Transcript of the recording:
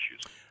issues